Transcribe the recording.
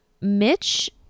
Mitch